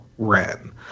Ren